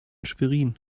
schwerin